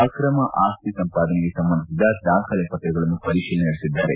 ಆಕ್ರಮ ಆಸ್ತಿ ಸಂಪಾದನೆಗೆ ಸಂಬಂಧಿಸಿದ ದಾಖಲೆ ಪತ್ರಗಳನ್ನು ಪರಿಶೀಲನೆ ನಡೆಸಿದ್ದಾರೆ